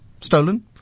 Stolen